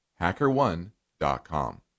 HackerOne.com